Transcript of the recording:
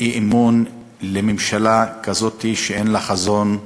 אי-אמון בממשלה כזאת שאין לה חזון,